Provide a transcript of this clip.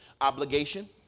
Obligation